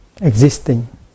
existing